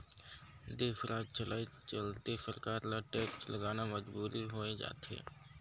देस, राज चलाए चलते सरकार ल टेक्स लगाना मजबुरी होय जाथे